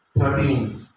Thirteen